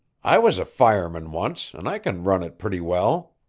i was a fireman once, and i can run it pretty well.